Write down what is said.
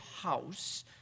house